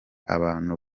abantu